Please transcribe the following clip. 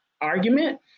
argument